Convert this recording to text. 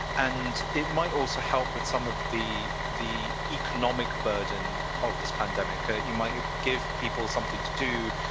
and it might also help with some of the the economic burden of this pandemic. you might give people something to do,